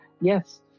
Yes